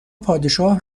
پادشاه